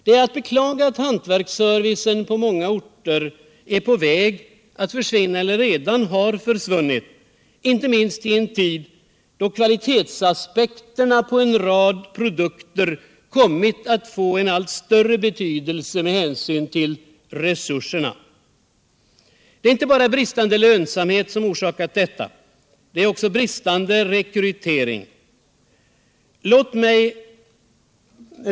Det är att beklaga att hantverksservicen på många orter är på väg att försvinna eller redan har försvunnit, inte minst i en tid då kvalitetsaspekten på en rad produkter kommit att få en allt större betydelse med hänsyn till resurserna. Det är inte bara bristande lönsamhet som orsakat detta. Det är också bristande rekrytering.